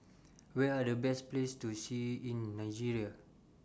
Where Are The Best Places to See in Nigeria